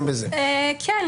כן.